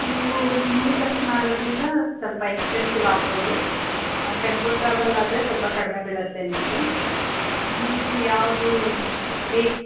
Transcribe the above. ನೀವು mini bus ಮಾಡೋದ್ರಿಂದ ಸ್ವಲ್ಪ ಎಕ್ಸ್ಪೆನ್ಸೀವ್ ಆಗಬೋದು ಟೆಂಪೋ ಟ್ರಾವೆಲ್ ಆದರೆ ಸ್ವಲ್ಪ ಕಡಿಮೆ ಬೀಳುತ್ತೆ ನಿಮಗೆ ನಿಮಗೆ ಯಾವುದು ಬೇಕು